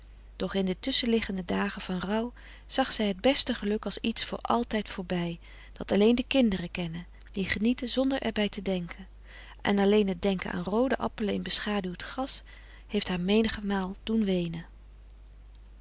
in de tusschenliggende dagen van rouw zag zij het beste geluk als iets voor altijd voorbij dat alleen de kinderen kennen die genieten zonder er bij te denken en alleen het denken aan roode appelen in beschaduwd gras heeft haar menigmaal doen weenen